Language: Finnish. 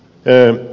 puhemies